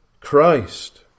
Christ